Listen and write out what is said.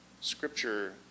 scripture